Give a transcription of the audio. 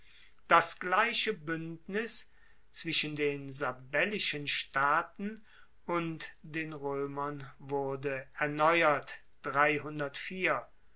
das gleiche buendnis zwischen den sabellischen staaten und den roemern wurde erneuert